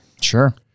Sure